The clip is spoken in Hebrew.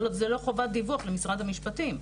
אבל זה לא חובת דיווח למשרד המשפטים.